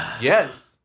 Yes